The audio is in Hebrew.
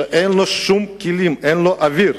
שם אין לו שום כלים, אין לו אוויר?